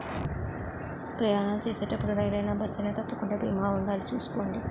ప్రయాణాలు చేసేటప్పుడు రైలయినా, బస్సయినా తప్పకుండా బీమా ఉండాలి చూసుకోండి